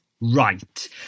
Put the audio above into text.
right